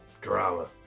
Drama